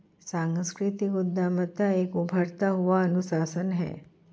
सांस्कृतिक उद्यमिता एक उभरता हुआ अनुशासन है